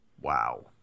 Wow